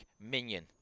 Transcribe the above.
minion